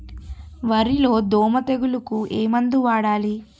వరిలో దోమ తెగులుకు ఏమందు వాడాలి?